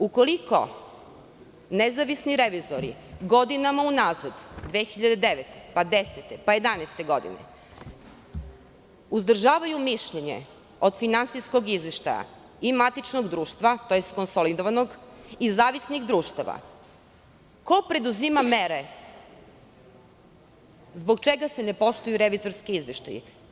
Ukoliko nezavisni revizori godinama unazad 2009, pa 2010, pa 2011. godine uzdržavaju mišljenje od finansijskog izveštaja i matičnog društva, tj. konsolidovanog i zavisnih društva, ko preduzima mere zbog čega se ne poštuju revizorski izveštaji?